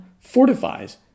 fortifies